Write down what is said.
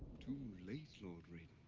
too late, lord raiden.